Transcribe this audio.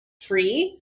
free